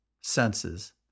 senses